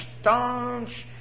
staunch